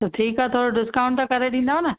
त ठीकु आहे थोरो डिस्काउंट त करे ॾींदव न